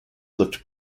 looked